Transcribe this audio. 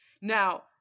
Now